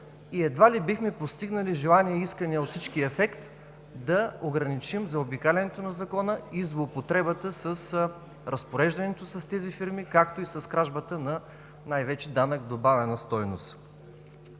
едва ли бихме постигнали желания и искания от всички ефект да ограничим заобикалянето на Закона и злоупотребата с разпореждането с тези фирми, както и с кражбата на най-вече данък добавена стойност.